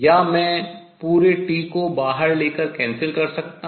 या मैं पूरे T को बाहर ले कर के cancel रद्द कर सकता हूँ